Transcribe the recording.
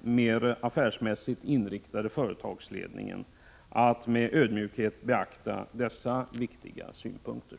mer affärsmässigt inriktade företagsledningen att med ödmjukhet beakta dessa viktiga synpunkter.